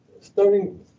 starting